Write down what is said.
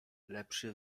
lepszy